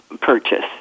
purchase